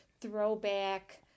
throwback